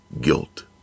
guilt